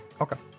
okay